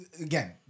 again